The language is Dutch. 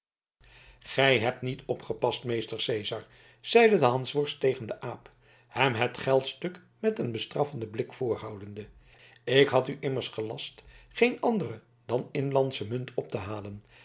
gij hebt niet opgepast meester cezar zeide de hansworst tegen den aap hem het geldstuk met een bestraffenden blik voorhoudende ik had u immers gelast geen andere dan inlandsche munt op te halen